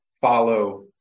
follow